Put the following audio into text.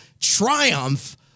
triumph